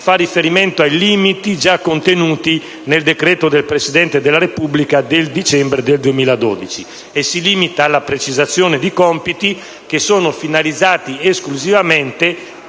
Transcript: fa riferimento ai limiti già contenuti nel decreto del Presidente della Repubblica del 3 dicembre 2012 e si limita alla precisazione di compiti che sono finalizzati esclusivamente